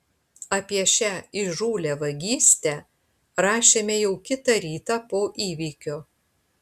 apie šią įžūlią vagystę rašėme jau kitą rytą po įvykio